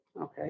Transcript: Okay